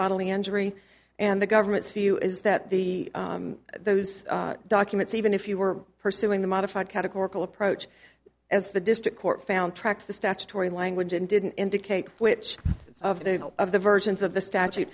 bodily injury and the government's view is that the those documents even if you were pursuing the modified categorical approach as the district court found tracked the statutory language and didn't indicate which of the versions of the statute